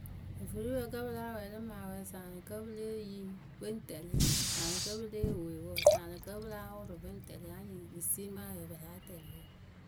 Ofuripǝ kǝ́ pɨ láa wɛɛlɩ mɨ awɛ saŋ rɨ kǝ́ pɨ lée yi pɨŋ tɛlɩ saŋ rɨ kǝ́ pɨ lée wee saŋ rɨ kǝ́ pɨ láa wʊrʊ pɨ ŋ tɛlɩ anyɩŋ pɨ siimɨ awɛ pɨ láa tɛlɩ wǝ.